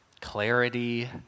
clarity